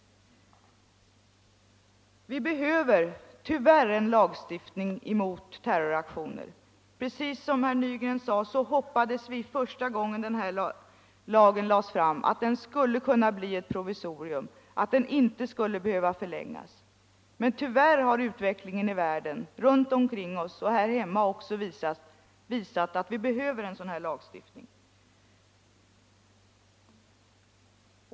Tyvärr behöver vi en lagstiftning mot terroraktioner. Som herr Nygren sade, hoppades vi, när denna lag först lades fram, att den skulle kunna bli ett provisorium och att den inte skulle behöva förlängas. Men utvecklingen runt om i världen och även här hemma har visat att vi behöver en sådan lagstiftning.